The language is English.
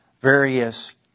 various